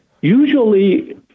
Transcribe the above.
usually